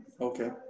Okay